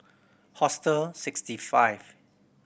Hostel Sixty Five